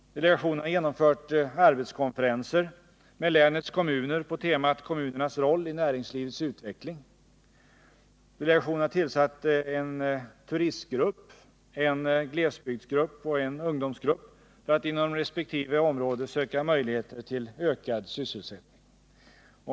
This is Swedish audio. Delegationen har genomfört arbetskonferenser med länets kommuner på temat ”Kommunernas roll i näringslivets utveckling”. Delegationen har vidare tillsatt en turistgrupp, en glesbygdsgrupp och en ungdomsgrupp för att inom resp. område söka möjligheter till ökad sysselsättning.